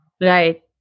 Right